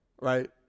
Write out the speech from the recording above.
right